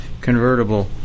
convertible